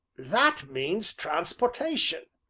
that means transportation!